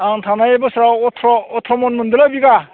आं थांनाय बोसोराव अथ्र' अथ्र' मन मोनदोंलै बिगा